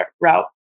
route